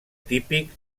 típic